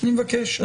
אני מבקש,